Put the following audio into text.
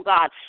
God